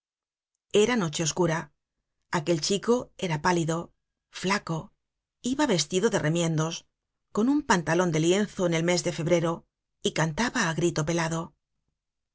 era noche oscura aquel chico era pálido flaco iba vestido de remiendos con un pantalon de lienzo en el mes de febrero y cantaba á grito pelado